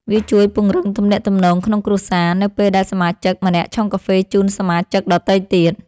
វាជួយពង្រឹងទំនាក់ទំនងក្នុងគ្រួសារ នៅពេលដែលសមាជិកម្នាក់ឆុងកាហ្វេជូនសមាជិកដទៃទៀត។